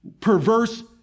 perverse